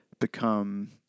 become